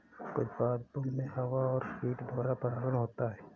कुछ पादपो मे हवा और कीट द्वारा परागण होता है